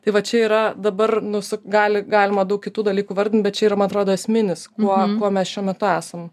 tai va čia yra dabar nusuk gali galima daug kitų dalykų vardint bet čia yra man atrodo esminis kuo kuo mes šiuo metu esam